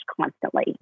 constantly